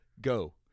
go